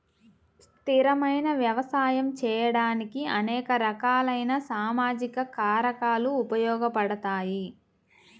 స్థిరమైన వ్యవసాయం చేయడానికి అనేక రకాలైన సామాజిక కారకాలు ఉపయోగపడతాయి